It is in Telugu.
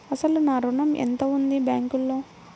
అసలు నా ఋణం ఎంతవుంది బ్యాంక్లో?